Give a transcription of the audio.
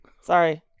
Sorry